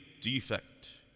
defect